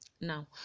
Now